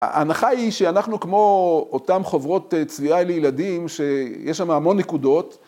ההנחה היא שאנחנו כמו אותן חוברות צביעה לילדים שיש שם המון נקודות